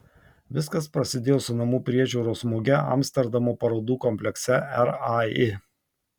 viskas prasidėjo su namų priežiūros muge amsterdamo parodų komplekse rai